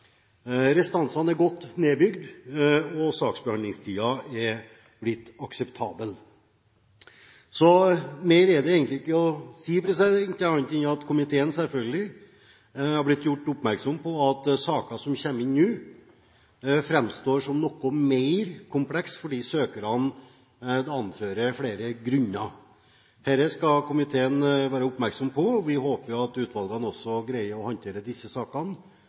Restansene er godt nedbygd, og saksbehandlingstiden er blitt akseptabel. Mer er det egentlig ikke å si, annet enn at komiteen selvfølgelig har blitt gjort oppmerksom på at saker som kommer inn nå, framstår som noe mer komplekse fordi søkerne anfører flere grunner. Dette skal komiteen være oppmerksom på, og vi håper at utvalgene også greier å håndtere disse sakene